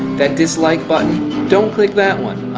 that dislike button don't click that one.